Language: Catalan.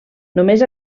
només